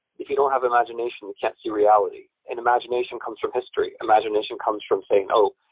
if you don't have imagination, you can't see reality. and imagination comes from history. imagination comes from saying, oh,